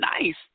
nice